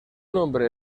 nombre